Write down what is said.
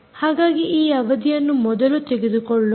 ಹಾಗಾಗಿ ಈ ಅವಧಿಯನ್ನು ಮೊದಲು ತೆಗೆದುಕೊಳ್ಳೋಣ